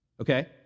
Okay